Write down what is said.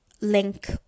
link